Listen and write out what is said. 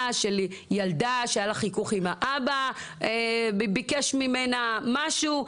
של ילדה שהיה לה חיכוך עם האבא שביקש ממנה משהו,